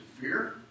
fear